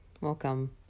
welcome